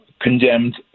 condemned